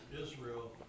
Israel